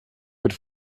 wird